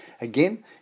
Again